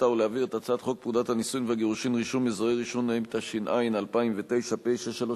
להעביר את הצעת החוק הנ"ל לדיון בוועדת החוקה,